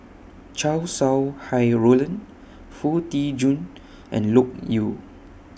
Chow Sau Hai Roland Foo Tee Jun and Loke Yew